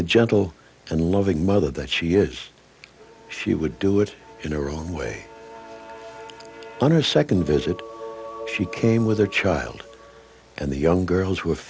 the gentle and loving mother that she is she would do it in a wrong way on a second visit she came with her child and the young girls w